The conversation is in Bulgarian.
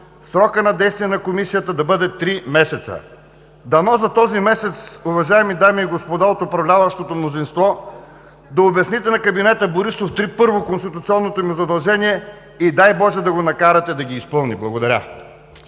срокът на действие на Комисията да бъде три месеца. Дано за този месец, уважаеми дами и господа от управляващото мнозинство, да обясните на кабинета Борисов 3, първо, конституционните му задължения, и дай Боже, да го накарате да го изпълни. Благодаря.